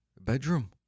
Bedroom